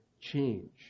change